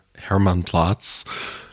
Hermannplatz